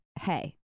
hey